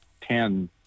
ten